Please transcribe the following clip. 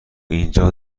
اینجا